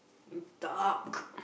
duck